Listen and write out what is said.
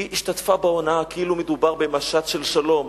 השתתפה בהונאה, כאילו מדובר במשט של שלום.